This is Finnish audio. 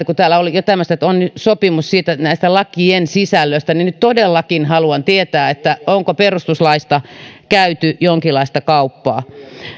kun täällä oli puhetta että on sopimus näistä lakien sisällöistä nyt todellakin haluan tietää onko perustuslaista käyty jonkinlaista kauppaa